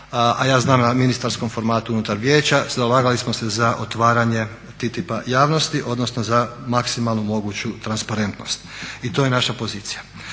a ja znam na ministarskom formatu unutar vijeća zalagali smo se za otvaranje TTIP-a javnosti, odnosno za maksimalnu moguću transparentnost i to je naša pozicija.